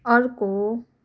अर्को